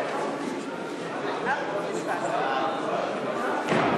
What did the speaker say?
חובת עיקור או סירוס של כלבים וחתולים),